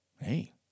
Hey